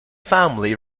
family